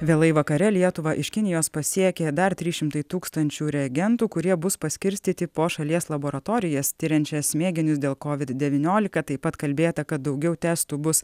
vėlai vakare lietuvą iš kinijos pasiekė dar trys šimtai tūkstančių reagentų kurie bus paskirstyti po šalies laboratorijas tiriančias mėginius dėl kovid devyniolika taip pat kalbėta kad daugiau testų bus